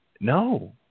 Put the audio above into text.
No